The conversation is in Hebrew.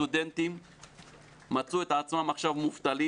סטודנטים מצאו את עצמם עכשיו מובטלים